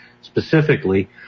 specifically